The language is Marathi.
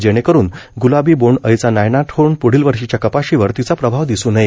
जेणे करून ग्लाबी बोन्ड अळीचा नायनाट होऊन प्ढील वर्षीच्या कपाशीवर तिचा प्रभाव दिसू नये